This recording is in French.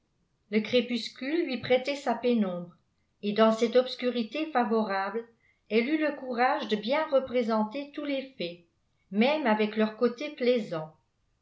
le crépuscule lui prêtait sa pénombre et dans cette obscurité favorable elle eut le courage de bien représenter tous les faits même avec leur côté plaisant